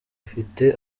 ifite